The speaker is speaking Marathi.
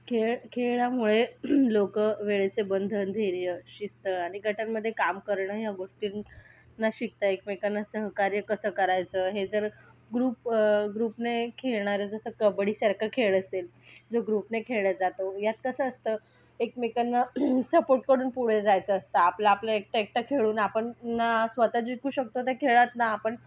खेळ खेळल्यामुळे लोकं वेळेचे बंधन धैर्य शिस्त आणि गटांमध्ये काम करणं ह्या गोष्टींना शिकतात एकमेकांना सहकार्य कसं करायचं हे जर ग्रुप ग्रुपने खेळणारे जसं कबड्डी सारखा खेळ असेल जो ग्रुपने खेळला जातो यात कसं असतं एकमेकांना सपोर्ट करून पुढे जायचे असतं आपलं आपलं एकटं एकटं खेळून आपण ना स्वतः जिंकू शकतो त्या खेळात ना आपण